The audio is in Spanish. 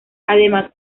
además